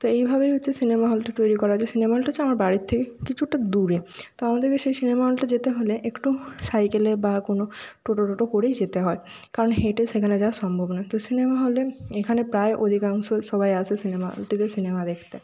তো এইভাবেই হচ্ছে সিনেমা হলটি তৈরি করা যায় সিনেমা হলটা হচ্ছে আমার বাড়ির থেকে কিছুটা দূরে তো আমাদেরকে সেই সিনেমা হলটা যেতে হলে একটু সাইকেলে বা কোনো টোটো টোটো করেই যেতে হয় কারণ হেঁটে সেখানে যাওয়া সম্ভব নয় তো সিনেমা হলে এখানে প্রায় অধিকাংশ সবাই আসে সিনেমা হলটিতে সিনেমা দেখতে